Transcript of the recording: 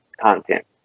content